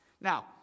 Now